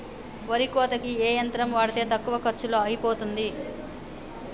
వరి కోతకి ఏ యంత్రం వాడితే తక్కువ ఖర్చులో అయిపోతుంది?